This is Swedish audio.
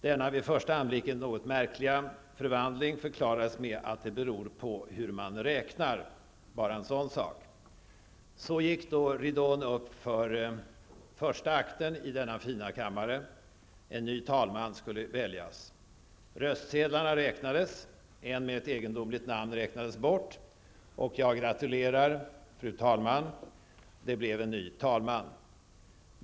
Denna vid första anblicken något märkliga förvandling förklarades med att det beror på hur man räknar. Bara en sådan sak! Så gick då ridån upp för den första akten i denna fina kammare; en ny talman skulle väljas. Röstsedlarna räknades. En med ett egendomligt namn räknades bort, och -- jag gratulerar, fru talman! -- det blev en ny talman.